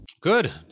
Good